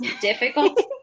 Difficult